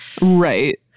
Right